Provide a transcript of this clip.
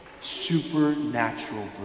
supernatural